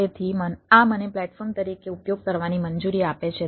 તેથી આ મને પ્લેટફોર્મ તરીકે ઉપયોગ કરવાની મંજૂરી આપે છે